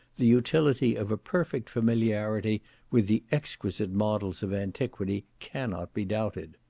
the utility of a perfect familiarity with the exquisite models of antiquity, cannot be doubted.